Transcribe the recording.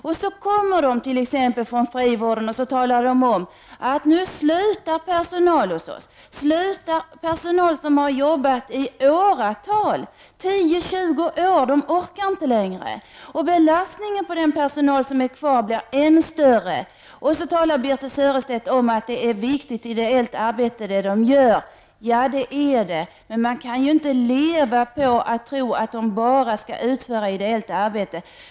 De kommer t.ex. från frivården och talar om att nu slutar personal hos oss, personal som har jobbat i åratal, 10—20 år. De orkar inte längre. Belastningen på den personal som är kvar blir ännu större. Då talar Birthe Sörestedt om att de gör ett viktigt ideellt arbete. Ja, det gör de. Men man kan inte leva på att tro att de bara skall utföra ideellt arbete.